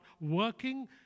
working